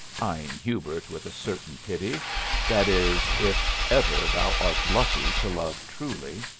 eying hubert with a certain pity that is, if ever thou art lucky to love truly.